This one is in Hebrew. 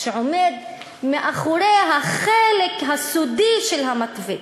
שעומד מאחורי החלק הסודי של המתווה,